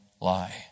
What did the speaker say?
lie